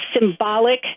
symbolic